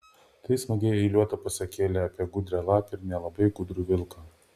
tai smagiai eiliuota pasakėlė apie gudrią lapę ir nelabai gudrų vilką